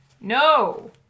No